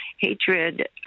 hatred